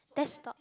desktop